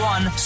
One